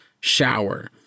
shower